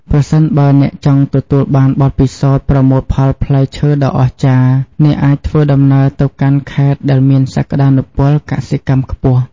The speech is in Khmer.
ប្រសិនបើអ្នកចង់ទទួលបានបទពិសោធន៍ប្រមូលផលផ្លែឈើដ៏អស្ចារ្យ អ្នកអាចធ្វើដំណើរទៅកាន់ខេត្តដែលមានសក្តានុពលកសិកម្មខ្ពស់។